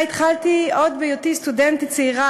שאותה התחלתי עוד בהיותי סטודנטית צעירה